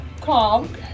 calm